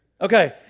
okay